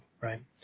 right